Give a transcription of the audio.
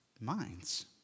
Minds